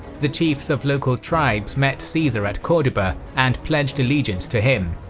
the chiefs of local tribes met caesar at corduba and pledged allegiance to him,